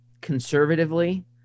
conservatively